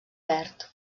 verd